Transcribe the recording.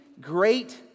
great